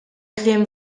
kliem